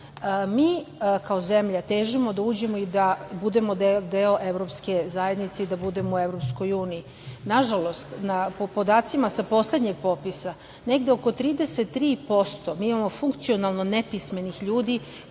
Mi kao zemlja težimo i uđemo da budemo deo evropske zajednice i deo EU, na žalost po podacima sa poslednjeg popisa negde oko 33%, mi imamo funkcionalno nepismenih ljudi